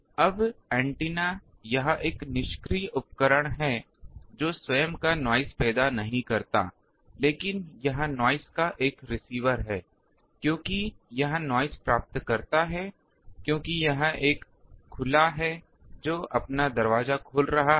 अब ऐन्टेना यह एक निष्क्रिय उपकरण है जो स्वयं का नॉइस पैदा नहीं करता है लेकिन यह नॉइस का एक रिसीवर है क्योंकि यह नॉइस प्राप्त करता है क्योंकि यह एक खुला है जो अपना दरवाजा खोल रहा है